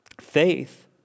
Faith